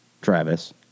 Travis